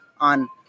on